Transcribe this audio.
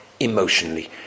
emotionally